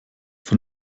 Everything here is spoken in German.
von